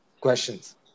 questions